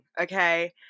Okay